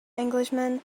englishman